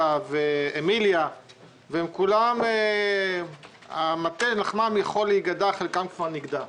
ואמיליה וכולם מטה לחמם יכול להיגדע,